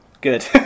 Good